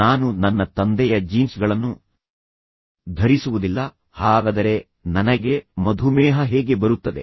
ನಾನು ನನ್ನ ತಂದೆಯ ಜೀನ್ಸ್ ಗಳನ್ನು ಧರಿಸುವುದಿಲ್ಲ ಹಾಗಾದರೆ ನನಗೆ ಮಧುಮೇಹ ಹೇಗೆ ಬರುತ್ತದೆ